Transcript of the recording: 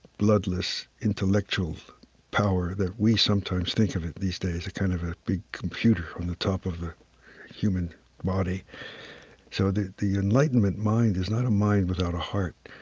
bloodless intellectual power that we sometimes think of it these days a kind of a big computer on the top of a human body so the the enlightenment mind is not a mind without a heart.